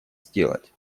сделать